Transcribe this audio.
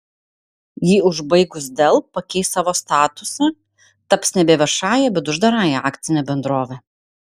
jį užbaigus dell pakeis savo statusą taps nebe viešąja bet uždarąja akcine bendrove